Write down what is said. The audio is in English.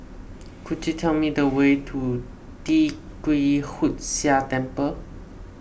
could you tell me the way to Tee Kwee Hood Sia Temple